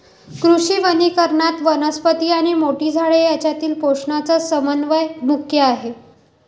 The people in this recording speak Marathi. कृषी वनीकरणात, वनस्पती आणि मोठी झाडे यांच्यातील पोषणाचा समन्वय मुख्य आहे